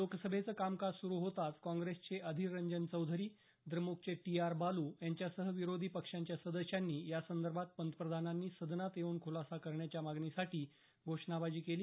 लोकसभेचं कामकाज सुरू होताच काँग्रेसचे अधीर रंजन चौधरी द्रमुकचे टी आर बालू यांच्यासह विरोधी पक्षांच्या सदस्यांनी या संदर्भात पंतप्रधानांनी सदनात येऊन ख्रलासा करण्याच्या मागणीसाठी घोषणाबाजी केली